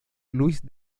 luis